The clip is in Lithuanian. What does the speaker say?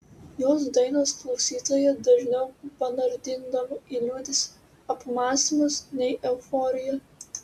jos dainos klausytoją dažniau panardindavo į liūdesį apmąstymus nei euforiją